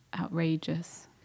outrageous